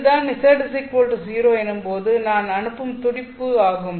இதுதான் z0 எனும்போது நான் அனுப்பும் துடிப்பு ஆகும்